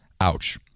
ouch